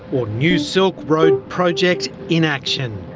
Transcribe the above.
or new silk road project in action.